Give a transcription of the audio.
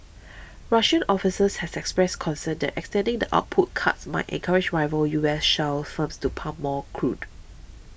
Russian officials has expressed concern that extending the output cuts might encourage rival U S shale firms to pump more crude